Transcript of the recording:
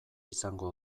izango